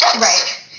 Right